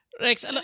Rex